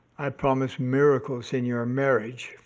i promise miracles in your ah marriage,